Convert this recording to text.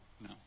no